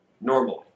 normally